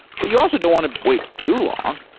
but you also don't want to wait too long